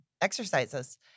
exercises